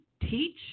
teach